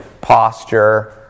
posture